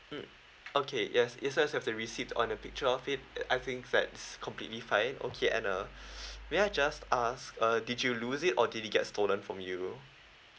mm okay yes just as long as you have the receipt or the picture of it I think that's completely fine okay and uh may I just ask uh did you lose it or did it get stolen from you